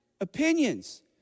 Opinions